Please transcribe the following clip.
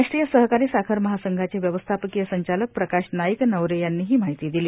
राष्ट्रीय सहकारी साखर महासंघाचे व्यवस्थापकीय संचालक प्रकाश नाईकनवरे यांनी ही माहिती दिली